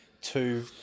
two